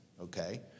okay